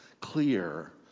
clear